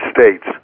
States